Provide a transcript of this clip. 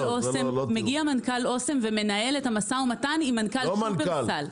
מגיע מנכ"ל אוסם ומנהל את המשא ומתן עם מנכ"ל שופרסל.